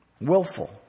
willful